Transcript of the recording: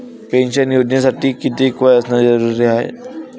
Pension योजनेसाठी कितीक वय असनं जरुरीच हाय?